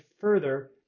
further